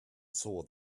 saw